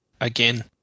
again